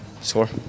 score